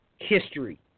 history